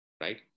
right